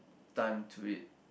time to it